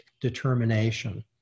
determination